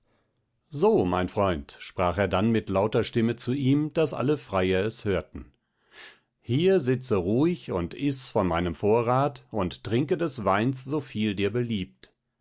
so mein freund sprach er dann mit lauter stimme zu ihm daß alle freier es hörten hier sitze ruhig und iß von meinem vorrat und trinke des weins soviel dir beliebt